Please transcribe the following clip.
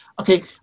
okay